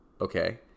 Okay